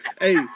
Hey